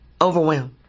overwhelmed